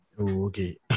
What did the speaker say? Okay